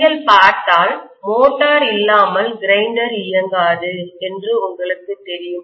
நீங்கள் பார்த்தால் மோட்டார் இல்லாமல் கிரைண்டர் இயங்காது என்று உங்களுக்குத் தெரியும்